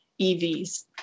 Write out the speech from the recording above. evs